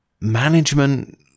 management